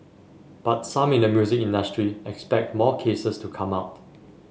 but some in the music industry expect more cases to come out